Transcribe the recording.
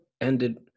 ended –